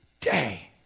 day